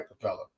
Capella